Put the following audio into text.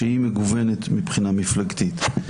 שהיא מגוונת מבחינה מפלגתית.